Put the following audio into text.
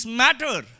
matter